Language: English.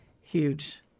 huge